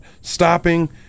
stopping